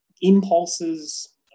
impulses